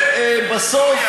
ובסוף,